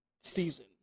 season